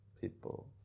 people